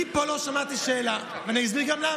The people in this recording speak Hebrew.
אני פה לא שמעתי שאלה, ואני גם אסביר למה.